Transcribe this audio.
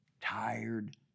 tired